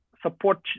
support